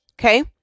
Okay